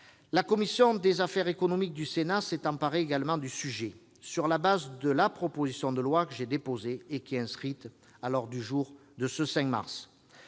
La commission des affaires économiques du Sénat s'est emparée également du sujet, sur la base de la proposition de loi que j'ai déposée et qui est inscrite à l'ordre du jour de ce 5 mars.